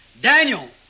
Daniel